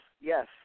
yes